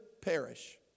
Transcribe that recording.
perish